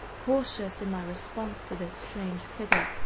cautious in my response to this strange figure,